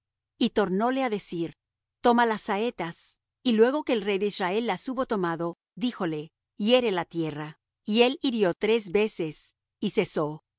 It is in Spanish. y tornóle á decir toma las saetas y luego que el rey de israel las hubo tomado díjole hiere la tierra y él hirió tres veces y cesó